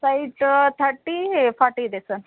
site thirty forty ಇದೆ sir